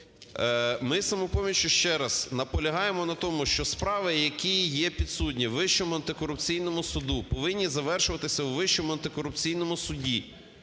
Ми з "Самопоміччю" ще раз наполягаємо на тому, що справи. Які є підсудні в Вищому антикорупційному суді повинні завершуватися у Вищому антикорупційному суді,